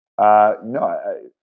No